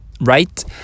Right